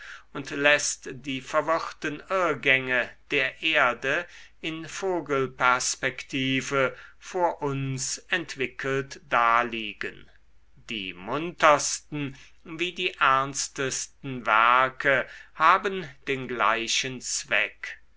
und läßt die verwirrten irrgänge der erde in vogelperspektive vor uns entwickelt daliegen die muntersten wie die ernstesten werke haben den gleichen zweck